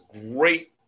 great